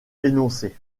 énoncé